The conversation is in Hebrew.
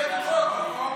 חבר הכנסת ארבל,